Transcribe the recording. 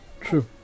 True